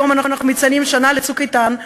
היום אנחנו מציינים שנה ל"צוק איתן"